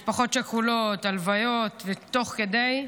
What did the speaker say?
משפחות שכולות, הלוויות ותוך כדי,